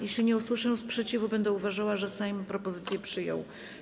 Jeżeli nie usłyszę sprzeciwu, będę uważała, że Sejm propozycję przyjął.